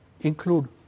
include